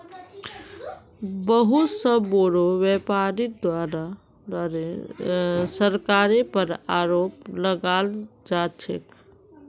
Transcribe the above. बहुत स बोरो व्यापीरीर द्वारे सरकारेर पर आरोप लगाल जा छेक